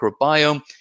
microbiome